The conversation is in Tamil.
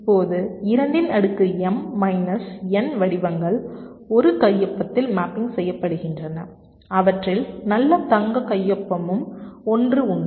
இப்போது 2 இன் அடுக்கு m மைனஸ் n வடிவங்கள் ஒரு கையொப்பத்தில் மேப்பிங் செய்யப்படுகின்றன அவற்றில் நல்ல தங்க கையொப்பமும் ஒன்று உண்டு